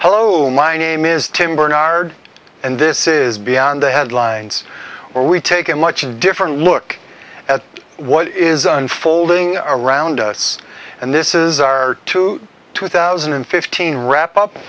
hello my name is tim bernard and this is beyond the headlines or we take a much different look at what is unfolding around us and this is our to two thousand and fifteen wrap up